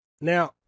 now